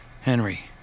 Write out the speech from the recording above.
Henry